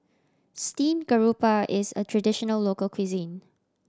steamed garoupa is a traditional local cuisine